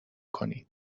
کنید